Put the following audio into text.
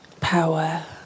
power